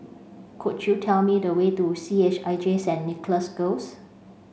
could you tell me the way to C H I J Saint Nicholas Girls